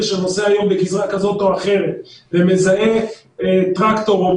שנוסע היום בגזרה כזאת או אחרת ומזהה טרקטור או